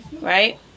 right